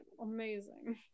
amazing